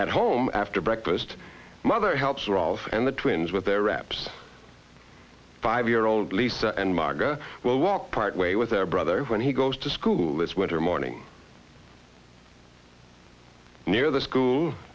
at home after breakfast mother help solve and the twins with their wraps five year old lisa and maga will walk part way with their brother when he goes to school this winter morning near the school